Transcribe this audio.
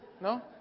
No